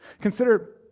Consider